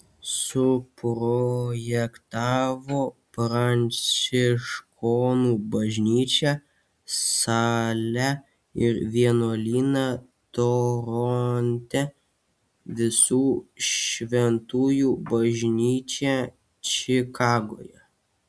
suprojektavo pranciškonų bažnyčią salę ir vienuolyną toronte visų šventųjų bažnyčią čikagoje